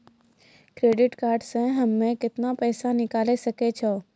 Credit card से हम्मे केतना पैसा निकाले सकै छौ?